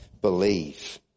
believe